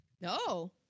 No